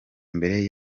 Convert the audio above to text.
mbere